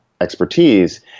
expertise